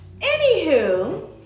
Anywho